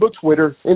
Twitter